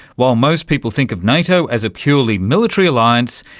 while most people think of nato as a purely military alliance.